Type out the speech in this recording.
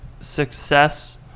success